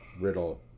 Riddle